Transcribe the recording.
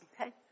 Okay